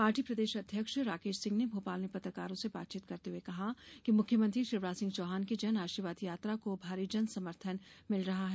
party प्रदेश अध्यक्ष राकेश सिंह ने भोपाल में पत्रकारों से बातचीत करते हुए कहा कि मुख्यमंत्री शिवराज सिंह चौहान की जन आशीर्वाद यात्रा को भारी जन समर्थन मिल रहा है